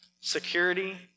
security